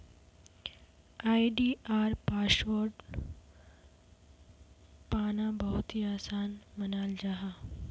आई.डी.आर password पाना बहुत ही आसान मानाल जाहा